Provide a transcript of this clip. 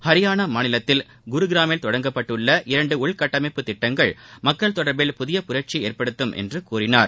ஹரியானா மாநிலத்தில் குருகிராமில் தொடங்கப்பட்டுள்ள இரண்டு உள்கட்டமைப்பு திட்டங்கள் மக்கள் தொடர்பில் புதிய புரட்சியை ஏற்படுத்தும் என்று கூறினார்